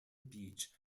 beach